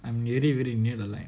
I'm very very near the line